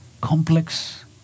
complex